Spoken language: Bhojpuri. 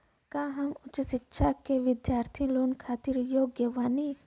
का हम उच्च शिक्षा के बिद्यार्थी लोन खातिर योग्य बानी?